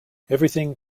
everything